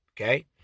okay